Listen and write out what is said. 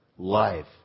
life